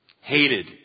Hated